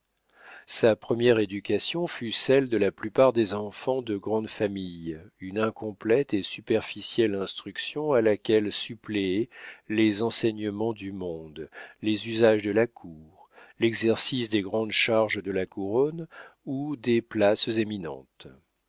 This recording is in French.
sa première éducation fut celle de la plupart des enfants de grande famille une incomplète et superficielle instruction à laquelle suppléaient les enseignements du monde les usages de la cour l'exercice des grandes charges de la couronne ou des places éminentes